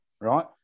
right